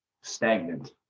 stagnant